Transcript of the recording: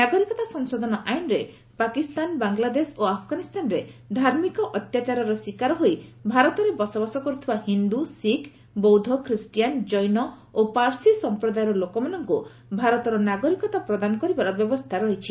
ନାଗରିକ ସଂଶୋଧନ ଆଇନରେ ପାକିସ୍ତାନ ବାଂଲାଦେଶ ଓ ଆଫଗାନିସ୍ତାନରେ ଧାର୍ମିକ ଅତ୍ୟାଚାରର ଶିକାର ହୋଇ ଭାରତରେ ବସବାସ କର୍ଥିବା ହିନ୍ଦୁ ଶିଖ୍ ବୌଦ୍ଧ ଖ୍ରୀଷ୍ଟିୟାନ୍ ଜୈନ ଓ ପାର୍ଶି ସମ୍ପ୍ରଦାୟର ଲୋକମାନଙ୍କୁ ଭାରତର ନାଗରିକତା ପ୍ରଦାନ କରିବାର ବ୍ୟବସ୍ଥା ରହିଛି